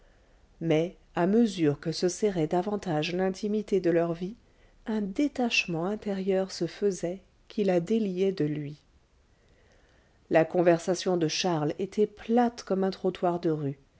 mais à mesure que se serrait davantage l'intimité de leur vie un détachement intérieur se faisait qui la déliait de lui la conversation de charles était plate comme un trottoir de rue